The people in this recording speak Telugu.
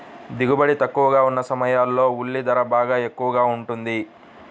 దిగుబడి తక్కువగా ఉన్న సమయాల్లో ఉల్లి ధర బాగా ఎక్కువగా ఉంటుంది